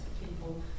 people